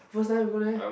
first time go there